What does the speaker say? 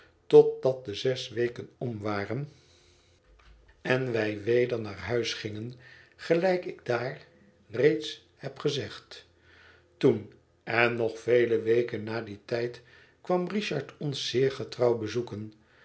de zes weken om waren en wij weder naar huis gingen gelijk ik daar reeds heb gezegd toen en nog vele weken na dien tijd kwam richard ons zeer getrouw bezoeken